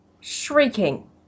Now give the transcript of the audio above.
shrieking